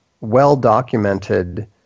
well-documented